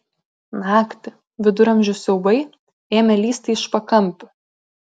naktį viduramžių siaubai ėmė lįsti iš pakampių